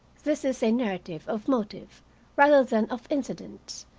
this is a narrative of motive rather than of incidents,